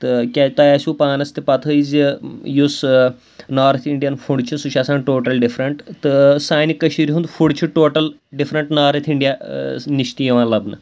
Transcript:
تہٕ کیٛاہ تۄہہِ آسِوٕ پانَس تہِ پَتہٕ ہٕے زِ یُس نارٕتھ اِنڈیَن فُڈ چھِ سُہ چھُ آسان ٹوٹَل ڈِفرَنٹ تہٕ سانہِ کٔشیٖرِ ہُنٛد فُڈ چھِ ٹوٹَل ڈِفرَنٹ نارٕتھ اِنڈیا نِش تہِ یِوان لَبنہٕ